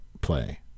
play